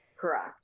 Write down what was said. Correct